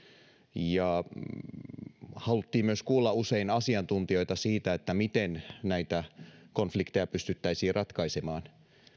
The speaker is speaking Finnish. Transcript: ja usein haluttiin myös kuulla asiantuntijoita siitä miten näitä konflikteja pystyttäisiin ratkaisemaan